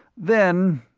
then.